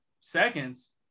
seconds